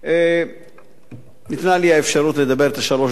ניתנה לי האפשרות לדבר במשך